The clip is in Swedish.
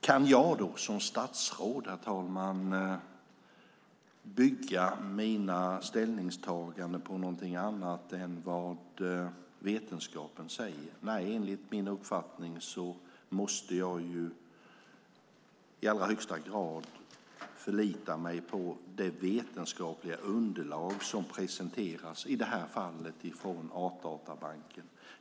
Kan jag då som statsråd, herr talman, bygga mina ställningstaganden på någonting annat än vad vetenskapen säger? Nej, enligt min uppfattning måste jag i allra högsta grad förlita mig på det vetenskapliga underlag som presenteras - i det här fallet från Artdatabanken.